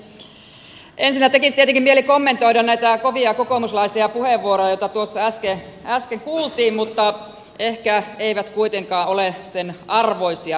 ensinnä tekisi tietenkin mieli kommentoida näitä kovia kokoomuslaisia puheenvuoroja joita tuossa äsken kuultiin mutta ehkä eivät kuitenkaan ole sen arvoisia